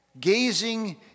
gazing